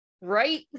Right